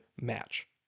match